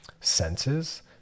senses